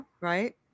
Right